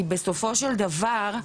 כי בסופו של דבר,